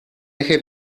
eje